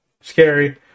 scary